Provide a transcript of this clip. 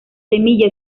semilla